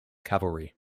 cavalry